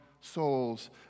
souls